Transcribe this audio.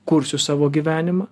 kursiu savo gyvenimą